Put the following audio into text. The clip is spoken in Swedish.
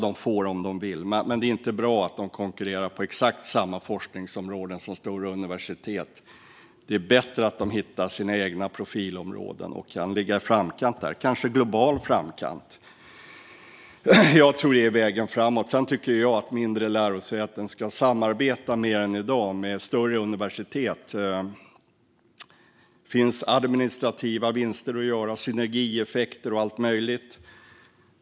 De får om de vill, men det är inte bra att de konkurrerar på exakt samma forskningsområden som stora universitet. Det är bättre att de hittar sina egna profilområden och kan ligga i framkant där - kanske globalt. Jag tror att det är vägen framåt. Sedan tycker jag att mindre lärosäten ska samarbeta mer än i dag med större universitet. Det finns administrativa vinster att göra, synergieffekter och allt möjligt.